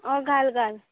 घाल घाल